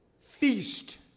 feast